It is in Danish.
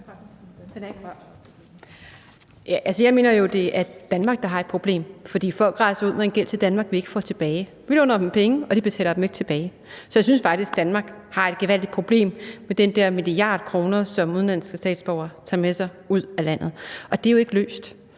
Jeg mener jo, at det er Danmark, der har et problem, fordi folk rejser ud med en gæld til Danmark, vi ikke får tilbage. Vi låner dem penge, og de betaler dem ikke tilbage. Så jeg synes faktisk, at Danmark har et gevaldigt problem med den der milliard kroner, som udenlandske statsborgere tager med sig ud af landet, og det er jo ikke løst.